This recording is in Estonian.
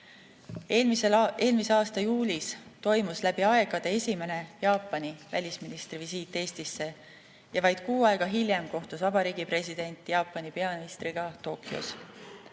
Eelmise aasta juulis toimus läbi aegade esimene Jaapani välisministri visiit Eestisse ja vaid kuu aega hiljem kohtus Vabariigi President Jaapani peaministriga Tokyos.